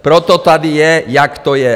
Proto tady je, jak to je.